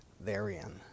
therein